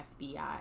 FBI